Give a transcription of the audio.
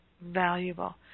valuable